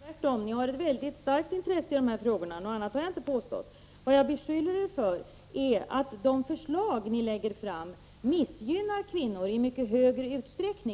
Herr talman! Jag beskyller inte er för att ha ett ringa intresse för dessa frågor, tvärtom. Ni har ju ett väldigt starkt intresse för dessa frågor. Något annat har jag inte påstått. Vad jag däremot beskyller er för är att de förslag som ni lägger fram missgynnar kvinnor i mycket högre grad